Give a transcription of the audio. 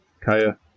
Kaya